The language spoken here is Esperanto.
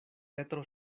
petro